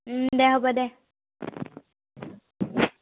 দে হ'ব দে